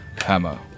Hammer